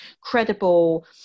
credible